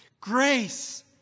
Grace